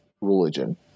religion